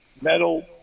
metal –